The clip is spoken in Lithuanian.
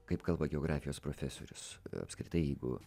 kaip kalba geografijos profesorius apskritai jeigu